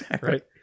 right